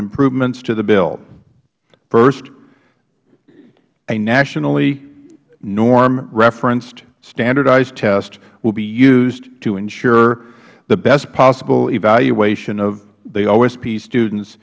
improvements to the bill first a nationally norm referenced standardized test will be used to ensure the best possible evaluation of the osp students